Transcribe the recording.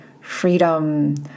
freedom